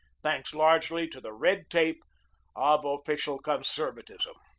thanks largely to the red tape of official conservatism.